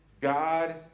God